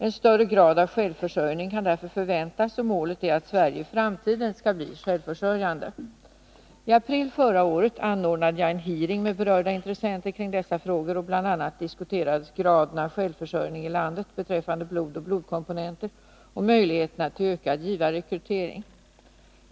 En större grad av självförsörjning kan därför förväntas. Målet är att Sverige i framtiden skall bli självförsörjande. I april förra året anordnade jag en hearing med berörda intressenter kring dessa frågor. Bl.a. diskuterades graden av självförsörjning i landet beträffande blod och blodkomponenter och möjligheterna till ökad givarrekrytering.